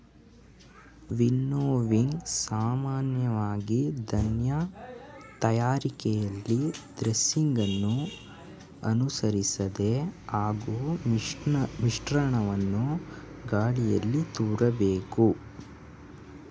winnowing ಸಾಮಾನ್ಯವಾಗಿ ಧಾನ್ಯ ತಯಾರಿಕೆಯಲ್ಲಿ ಥ್ರೆಸಿಂಗನ್ನು ಅನುಸರಿಸ್ತದೆ ಹಾಗೂ ಮಿಶ್ರಣವನ್ನು ಗಾಳೀಲಿ ತೂರ್ಬೇಕು